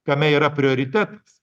kame yra prioritetas